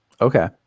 Okay